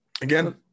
Again